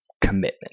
commitment